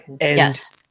Yes